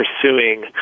pursuing